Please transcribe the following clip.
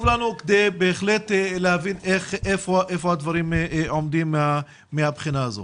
כדי להבין איפה הדברים עומדים מהבחינה הזו.